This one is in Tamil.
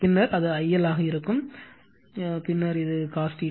பின்னர் அது I L ஆக இருக்கும் பின்னர் cos